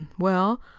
well,